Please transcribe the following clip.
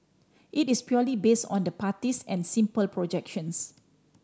it is purely based on the parties and simple projections